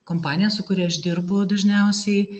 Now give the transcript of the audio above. kompanija su kuria aš dirbu dažniausiai